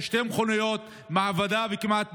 שתי מכוניות ומעבדה עולים באש,